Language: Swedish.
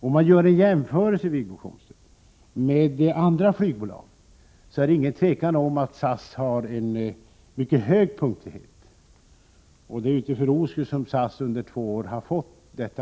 Om man gör en jämförelse, Wiggo Komstedt, med andra flygbolag, finner man att det inte är något tvivel om att SAS har en mycket hög punktlighet. Det är inte för ro skull som SAS två gånger har fått pris.